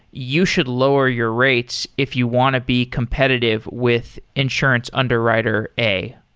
you should lower your rates if you want to be competitive with insurance underwriter a.